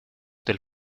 del